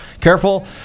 careful